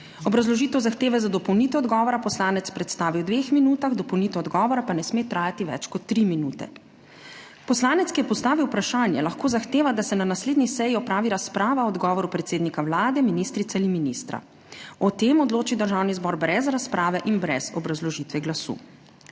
Obrazložitev zahteve za dopolnitev odgovora poslanec predstavi v dveh minutah, dopolnitev odgovora pa ne sme trajati več kot tri minute. Poslanec, ki je postavil vprašanje, lahko zahteva, da se na naslednji seji opravi razprava o odgovoru predsednika Vlade, ministrice ali ministra. O tem odloči Državni zbor brez razprave in brez obrazložitve glasu.